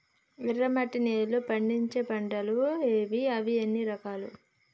ఎర్రమట్టి నేలలో పండించే పంటలు ఏవి? అవి ఎన్ని రకాలు?